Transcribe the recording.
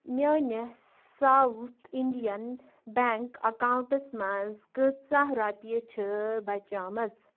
میٲنِس South Indian Bank accounts منٛز کۭژاہ رۄپیہِ چھِ بچیمٕژ؟